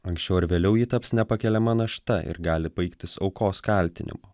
anksčiau ar vėliau ji taps nepakeliama našta ir gali baigtis aukos kaltinimu